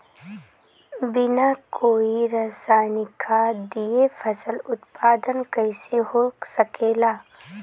बिना कोई रसायनिक खाद दिए फसल उत्पादन कइसे हो सकेला?